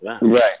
Right